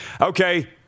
Okay